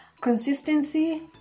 consistency